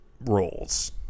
roles